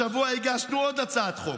השבוע הגשנו עוד הצעת חוק,